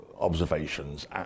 observations